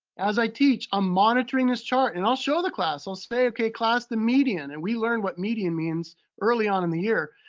as i teach, i'm monitoring this chart. and i'll show the class, i say, okay class, the median. and we learned what median means early on in the year,